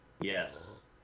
Yes